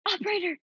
Operator